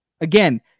Again